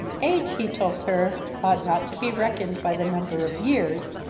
age, he told her, ought not to be reckoned by the number of years,